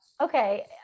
Okay